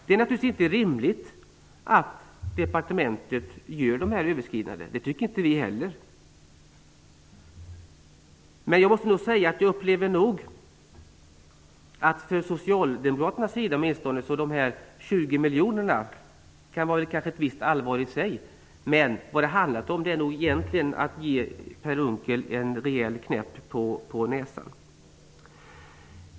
Det är naturligtvis inte rimligt att departementet gör de här överskridandena. Det tycker inte vi heller. Jag upplever att de 20 miljonerna kan vara allvarliga i sig, men vad det egentligen handlat om är nog att ge Per Unckel en rejäl knäpp på näsan.